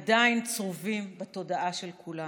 עדיין צרובים בתודעה של כולנו.